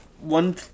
One